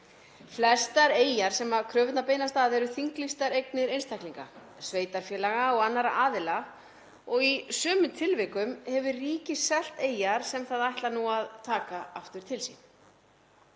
Flestar eyjar sem kröfurnar beinast að eru þinglýstar eignir einstaklinga, sveitarfélaga og annarra aðila og í sumum tilvikum hefur ríkið selt eyjar sem það ætlar nú að taka aftur til sín.